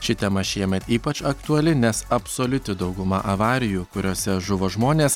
ši tema šiemet ypač aktuali nes absoliuti dauguma avarijų kuriose žuvo žmonės